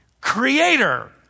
creator